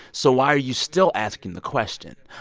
so why are you still asking the question?